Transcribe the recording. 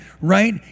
right